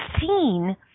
seen